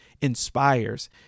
inspires